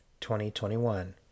2021